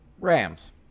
Rams